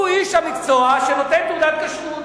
הוא איש המקצוע שנותן תעודת כשרות.